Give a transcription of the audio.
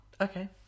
Okay